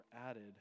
added